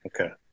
Okay